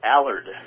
Allard